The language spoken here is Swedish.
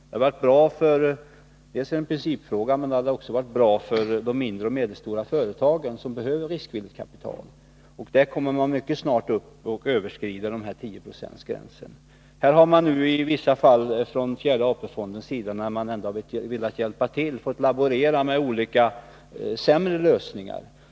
Dels är det en principiell fråga, men dels hade det också varit bra för de mindre och medelstora företagen, som behöver riskvilligt kapital. Här kommer man mycket snart att överskrida 10-procentsgränsen. I vissa fall har fjärde AP-fonden, när den ändå har velat hjälpa till, fått laborera med olika sämre lösningar.